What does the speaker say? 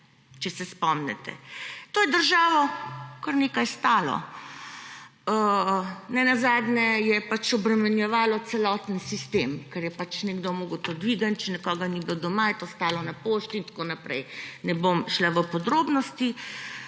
če se spomnite. To je državo kar nekaj stalo. Nenazadnje je obremenjevalo celoten sistem, ker je nekdo moral to dvigniti, če nekoga ni bilo doma, je to stalo na pošti in tako naprej. Ne bom šla v podrobnosti.